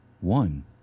One